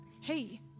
hey